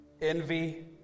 envy